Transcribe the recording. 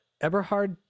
Eberhard